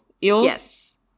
Yes